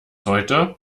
heute